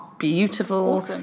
beautiful